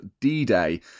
D-Day